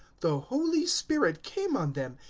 the holy spirit came on them,